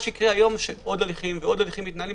כיום עוד הליכים ועוד הליכים מתנהלים.